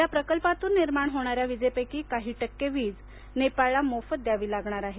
या प्रकल्पातून निर्माण होणाऱ्या वीजेपैकी काही टक्के वीज नेपाळला मोफत द्यावी लागणार आहे